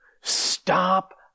stop